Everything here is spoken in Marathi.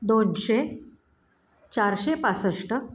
दोनशे चारशे पासष्ट